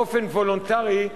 באופן וולונטרי,